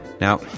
Now